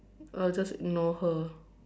I will just ignore her